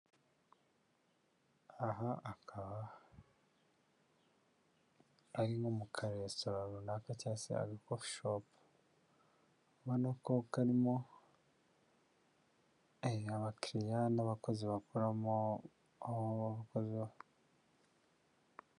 Aha akaba ari nko mu karesitora runaka cyangwa se agakofi shopu, ubona ko karimo abakiriya n'abakozi bakoramo aho abakozi........